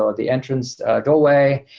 ah the entrance doorway,